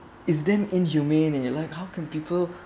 is damn inhumane eh like how can people